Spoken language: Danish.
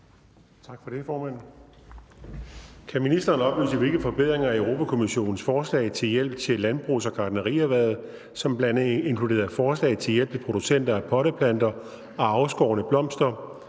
Kan ministeren oplyse, hvilke forbedringer af Europa-Kommissionens forslag til hjælp til landbrugs- og gartnerierhvervet, som bl.a. inkluderede forslag til hjælp til producenter af potteplanter og afskårne blomster,